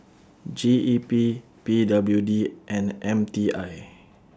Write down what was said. G E P P W D and M T I